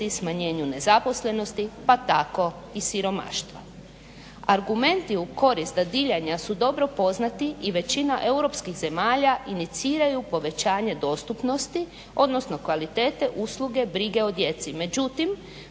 smanjenju nezaposlenosti, pa tako i siromaštva. Argumenti u korist dadiljanja su dobro poznati i većina europskih zemalja iniciraju povećanje dostupnosti, odnosno kvalitete usluge brige o djeci,